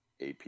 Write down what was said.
AP